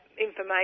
information